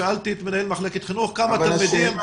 שאלתי את מנהל מחלקת החינוך כמה תלמידים,